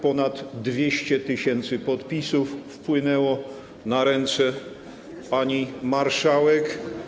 Ponad 200 tys. podpisów wpłynęło na ręce pani marszałek.